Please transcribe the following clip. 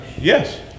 Yes